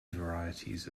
varieties